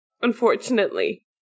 unfortunately